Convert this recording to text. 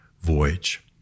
voyage